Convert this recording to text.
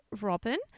Robin